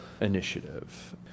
initiative